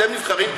אתם נבחרים,